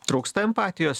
trūksta empatijos